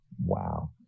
Wow